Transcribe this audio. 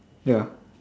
ya